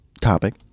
topic